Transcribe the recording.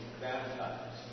baptized